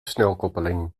snelkoppeling